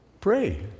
pray